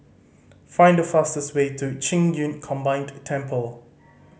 find the fastest way to Qing Yun Combined Temple